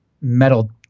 metal